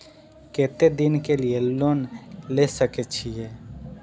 केते दिन के लिए लोन ले सके छिए?